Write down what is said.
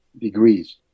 degrees